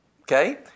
Okay